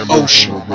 ocean